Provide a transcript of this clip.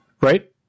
Right